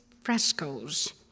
frescoes